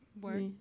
Work